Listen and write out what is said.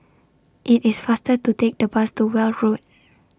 IT IS faster to Take The Bus to Weld Road